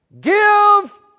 Give